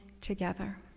together